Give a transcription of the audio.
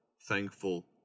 thankful